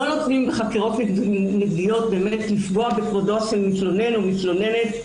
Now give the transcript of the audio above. לא נותנים בחקירות לפגוע בכבודו של מתלונן או מתלוננת,